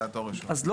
זה היה